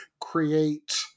create